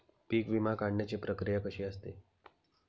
पीक विमा काढण्याची प्रक्रिया कशी असते?